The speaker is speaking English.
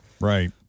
Right